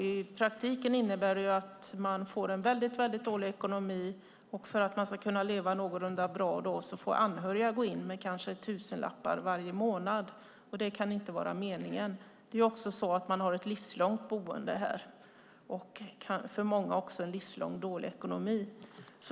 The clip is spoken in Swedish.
I praktiken innebär det att de här personerna får en väldigt dålig ekonomi. För att de ska kunna leva någorlunda bra får anhöriga kanske gå in med tusenlappar varje månad, och det kan inte vara meningen. Det är också så att de har ett livslångt boende här. För många är det också en livslång dålig ekonomi.